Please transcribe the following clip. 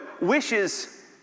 wishes